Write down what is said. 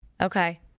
Okay